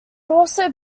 also